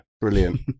brilliant